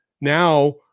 Now